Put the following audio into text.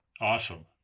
Awesome